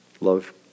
love